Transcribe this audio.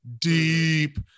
deep